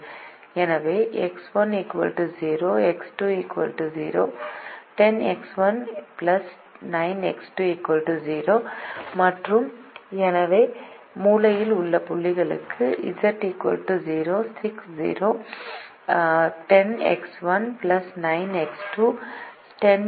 எனவே X1 0 X2 0 10X1 9X2 0 மற்றும் எனவே மூலையில் உள்ள புள்ளிக்கு Z 0 6 0 10X1 9X2 60